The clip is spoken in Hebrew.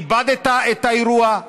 כיבדת את האירוע,